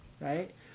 right